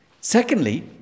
Secondly